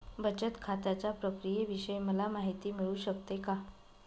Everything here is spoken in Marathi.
बचत खात्याच्या प्रक्रियेविषयी मला माहिती मिळू शकते का?